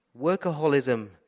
Workaholism